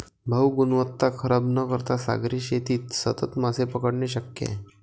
भाऊ, गुणवत्ता खराब न करता सागरी शेतीत सतत मासे पकडणे शक्य आहे